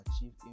achieve